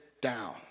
down